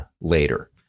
later